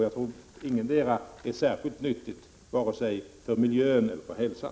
Jag tror att ingetdera är särskilt nyttigt vare sig för miljön eller för hälsan.